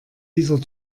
dieser